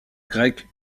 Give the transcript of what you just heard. grecque